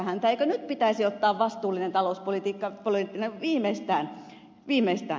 eikö nyt pitäisi ottaa vastuullinen talouspolitiikka viimeistään käteen